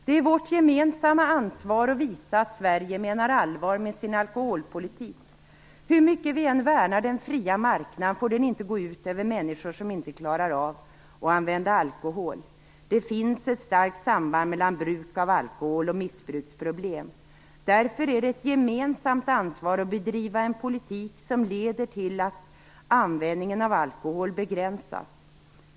Det är vårt gemensamma ansvar att visa att Sverige menar allvar med sin alkoholpolitik. Hur mycket vi än värnar den fria marknaden får den inte gå ut över människor som inte klarar av att använda alkohol. Det finns ett starkt samband mellan bruk av alkohol och missbruksproblem. Därför är det ett gemensamt ansvar att bedriva en politik som leder till att användningen av alkohol begränsas.